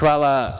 Hvala.